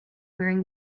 wearing